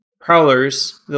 prowlers